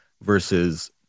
versus